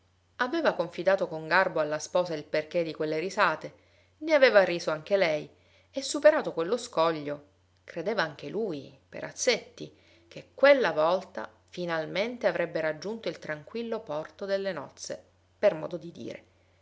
aveva confidato con garbo alla sposa il perché di quelle risate ne aveva riso anche lei e superato quello scoglio credeva anche lui perazzetti che quella volta finalmente avrebbe raggiunto il tranquillo porto delle nozze per